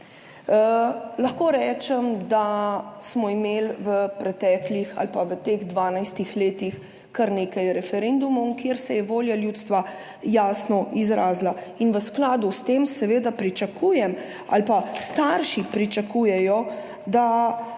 Lahko rečem, da smo imeli v preteklih ali pa v teh 12 letih kar nekaj referendumov, kjer se je volja ljudstva jasno izrazila. V skladu s tem seveda pričakujem ali pa starši pričakujejo, da